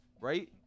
right